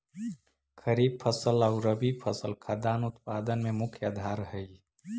खरीफ फसल आउ रबी फसल खाद्यान्न उत्पादन के मुख्य आधार हइ